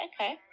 okay